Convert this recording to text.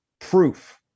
proof